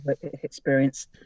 experience